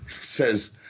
says